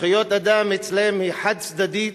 זכויות אדם אצלם הן חד-צדדיות.